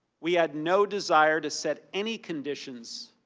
we had no desire to set any conditions.